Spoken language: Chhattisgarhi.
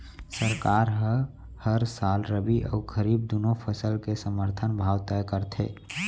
सरकार ह हर साल रबि अउ खरीफ दूनो फसल के समरथन भाव तय करथे